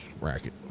racket